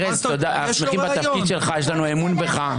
ארז, אנחנו שמחים בתפקיד שלך, יש לנו אמון בך.